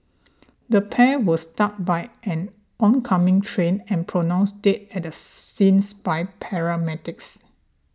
the pair were struck by an oncoming train and pronounced dead at the scene by paramedics